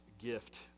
gift